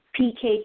PK